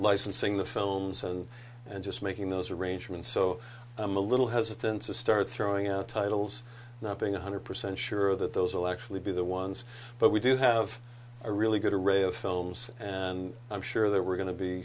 licensing the films and and just making those arrangements so i'm a little hesitant to start throwing out titles not being one hundred percent sure that those will actually be the ones but we do have a really good array of films and i'm sure that we're going to be